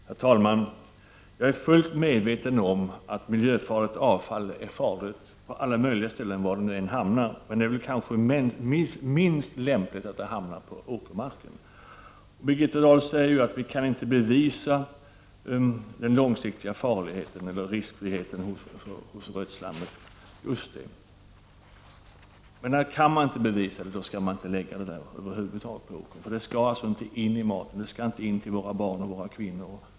Herr talman! Jag är fullt medveten om att miljöfarligt avfall är farligt på alla möjliga ställen var det nu än hamnar. Men det är kanske minst lämpligt att det hamnar på åkermarken. Birgitta Dahl säger att vi inte kan bevisa den långsiktiga farligheten eller riskfriheten hos rötslammet. Just det! Men när man inte kan bevisa det, då skall man över huvud taget inte lägga rötslam på åker. Det skall inte in i maten. Det skall inte kunna skada våra barn och kvinnor.